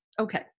okay